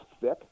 thick